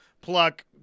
pluck